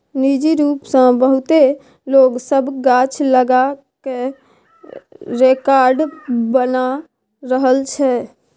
निजी रूप सँ बहुते लोक सब गाछ लगा कय रेकार्ड बना रहल छै